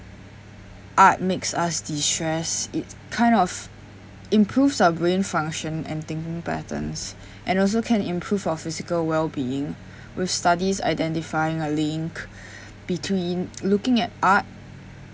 art makes us destress it kind of improves our brain function and thinking patterns and also can improve our physical well-being with studies identifying a link between looking at art